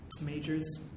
majors